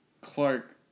Clark